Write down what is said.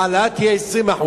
ההעלאה תהיה 20%,